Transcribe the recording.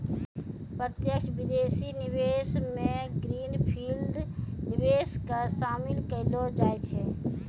प्रत्यक्ष विदेशी निवेश मे ग्रीन फील्ड निवेश के शामिल केलौ जाय छै